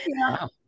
Wow